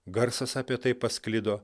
garsas apie tai pasklido